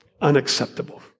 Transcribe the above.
unacceptable